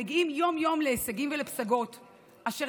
המגיעים יום-יום להישגים ולפסגות אשר